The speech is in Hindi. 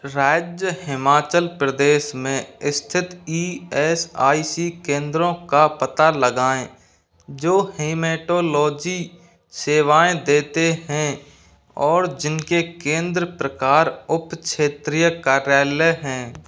राज्य हिमाचल प्रदेश में स्थित ई एस आई सी केंद्रों का पता लगाएँ जो हेमेटोलॉजी सेवाएँ देते हैं और जिनके केंद्र प्रकार उप क्षेत्रीय कार्यालय हैं